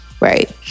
right